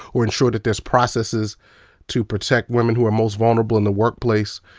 or ensure that there's processes to protect women who are most vulnerable in the workplace.